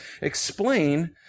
explain